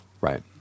Right